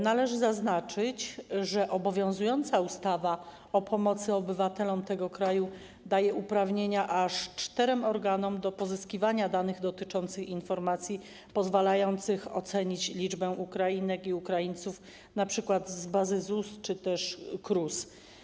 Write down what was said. Należy zaznaczyć, że obowiązująca ustawa o pomocy obywatelom tego kraju daje uprawnienia aż czterem organom do pozyskiwania danych dotyczących informacji pozwalających ocenić liczbę Ukrainek i Ukraińców np. z bazy ZUS czy KRUS.